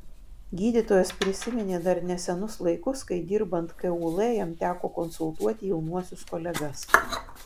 gydytojas prisiminė dar nesenus laikus kai dirbant kul jam teko konsultuoti jaunuosius kolegas